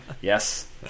Yes